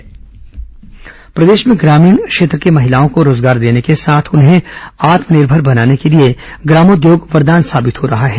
ग्रामोद्योग प्रदेश में ग्रामीण क्षेत्र की महिलाओं को रोजगार देने के साथ उन्हें आत्मनिर्मर बनाने के लिए ग्रामोद्योग वरदान साबित हो रहा है